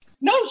No